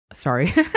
Sorry